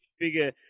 figure